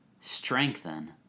strengthen